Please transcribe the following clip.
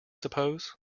suppose